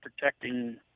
protecting